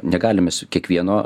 negalime su kiekvieno